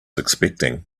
expecting